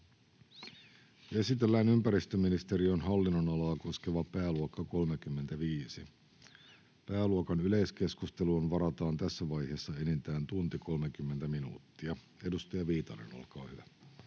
Esitellään ympäristöministeriön hallinnonalaa koskeva pääluokka 35. Pääluokan yleiskeskusteluun varataan tässä vaiheessa enintään yksi tunti 30 minuuttia. — Edustaja Viitanen, olkaa hyvä.